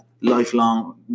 lifelong